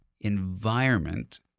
environment